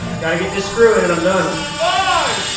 gotta get this screw in and i'm done. five,